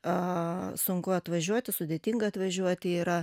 a sunku atvažiuoti sudėtinga atvažiuoti yra